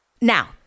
Now